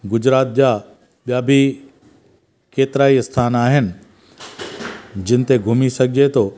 गुजरात जा ॿिया बि केतिरा ई आस्थान आहिनि जिनि ते घुमी सघिजे थो